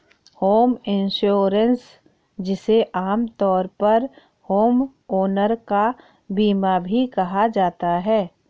home insurance जिसे आमतौर पर होमओनर का बीमा भी कहा जाता है